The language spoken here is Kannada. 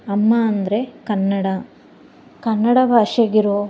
ಅಮ್ಮ ಅಂದರೆ ಕನ್ನಡ ಕನ್ನಡ ಭಾಷೆಗಿರೋ